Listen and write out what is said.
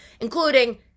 including